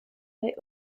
they